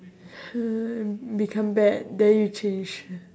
!huh! become bad then you change